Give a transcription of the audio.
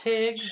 Tig